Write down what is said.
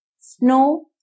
snow